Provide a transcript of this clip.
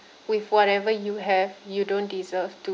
with whatever you have you don't deserve to